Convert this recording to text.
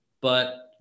But-